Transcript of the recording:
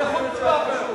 זו חוצפה פשוט.